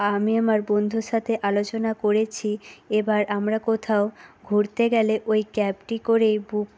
আমি আমার বন্ধুর সাথে আলোচনা করেছি এবার আমরা কোথাও ঘুরতে গেলে ওই ক্যাবটি করেই বুক